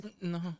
No